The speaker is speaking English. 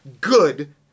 good